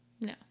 No